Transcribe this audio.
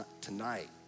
tonight